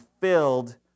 filled